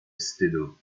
wstydu